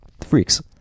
freaks